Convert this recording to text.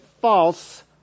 false